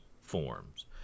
forms